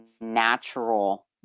natural